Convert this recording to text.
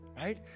right